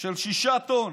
של 6 טון